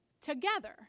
together